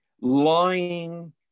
lying